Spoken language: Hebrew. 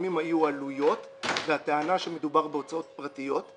הטעמים היו עלויות והטענה שמדובר בהוצאות פרטיות.